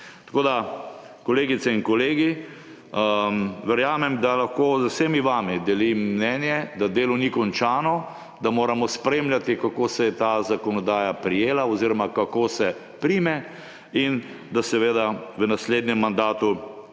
Kolegice in kolegi, verjamem, da lahko z vsemi vami delim mnenje, da delo ni končano, da moramo spremljati, kako se je ta zakonodaja prijela oziroma kako se prime, in da seveda gremo v naslednjem mandatu odločno